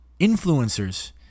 influencers